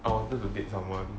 I wanted to date someone